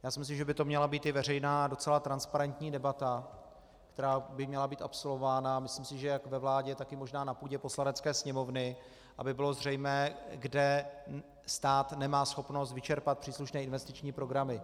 Já si myslím, že by to měla být veřejná a docela transparentní debata, která by měla být absolvována, a myslím si, že jak ve vládě, tak i možná na půdě Poslanecké sněmovny, aby bylo zřejmé, kde stát nemá schopnost vyčerpat příslušné investiční programy.